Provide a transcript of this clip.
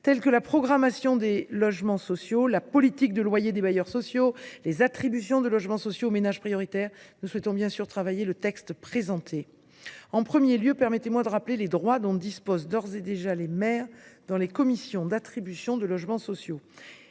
tels que la programmation des logements sociaux, la politique de loyer des bailleurs sociaux ou les attributions de logements sociaux aux ménages prioritaires, nous souhaitons bien sûr travailler le texte présenté. En premier lieu, permettez moi de rappeler les droits dont disposent d’ores et déjà les maires dans les commissions d’attribution de logements sociaux.